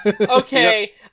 okay